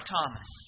Thomas